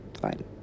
fine